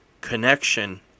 connection